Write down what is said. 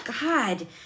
God